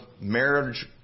marriage